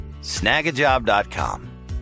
Snagajob.com